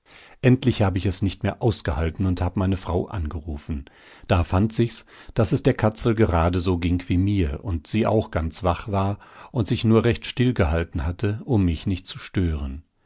endlich hab ich es nicht mehr ausgehalten und hab meine frau angerufen da fand sich's daß es der katzel geradeso ging wie mir und sie auch ganz wach war und sich nur recht still gehalten hatte um mich nicht zu stören